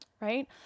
Right